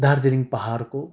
दार्जिलिङ पाहाडको